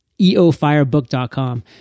eofirebook.com